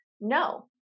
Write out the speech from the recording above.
no